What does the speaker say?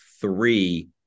Three